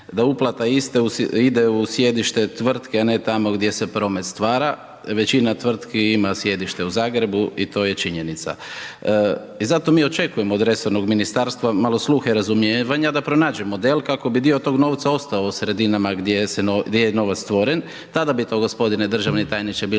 da uplata iste ide u sjedište tvrtke a ne tamo gdje se promet stvara. Većina tvrtki ima sjedište u Zagrebu i to je činjenica. I zato mi očekujemo od resornog ministarstva malo sluhe razumijevanja da pronađe model, kako bi dio tog novca ostao u sredinama gdje je novac stvoren, tada bi to gospodine državni tajniče